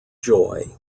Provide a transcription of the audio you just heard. joy